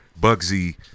Bugsy